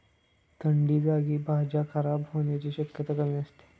थंड जागी भाज्या खराब होण्याची शक्यता कमी असते